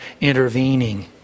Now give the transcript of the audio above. intervening